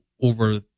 Over